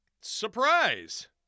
Surprise